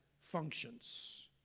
functions